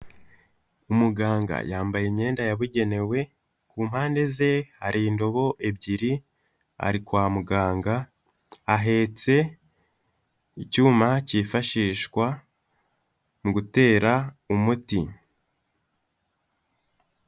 Umuganga yambaye imyenda yabugenewe ku mpande ze hari indobo ebyiri ari kwa muganga ahetse icyuma cyifashishwa mu gutera umuti.